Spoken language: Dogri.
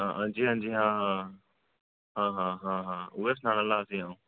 हूं हंजी हंजी हां हां उ'ऐ सनान लगां में तुसें गी